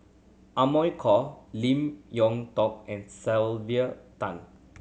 Amy Khor Lim Yew Hock and Sylvia Tan